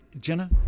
Jenna